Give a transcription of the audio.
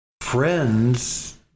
friends